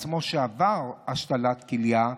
שבעצמו עבר השתלת כליה,